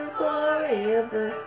forever